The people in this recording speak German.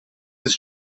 ist